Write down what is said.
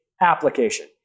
application